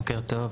בוקר טוב.